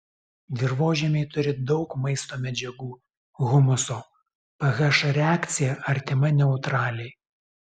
dirvožemiai turi daug maisto medžiagų humuso ph reakcija artima neutraliai